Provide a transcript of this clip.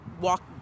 walk